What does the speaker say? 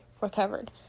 recovered